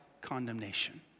condemnation